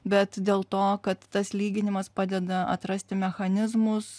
bet dėl to kad tas lyginimas padeda atrasti mechanizmus